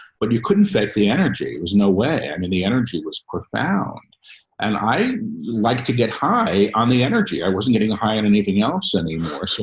but you couldn't fake the energy. it was no way. i mean, the energy was profound and i like to get high on the energy. i wasn't getting high on and anything else anymore. so,